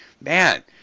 Man